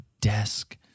desk